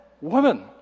women